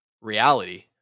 reality